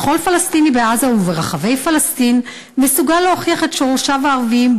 וכל פלסטיני בעזה וברחבי פלסטין מסוגל להוכיח את שורשיו הערביים,